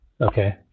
Okay